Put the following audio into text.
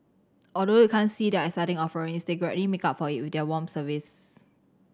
although you can't see their exciting offerings they gladly make up for it with their warm service